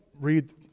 read